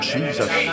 Jesus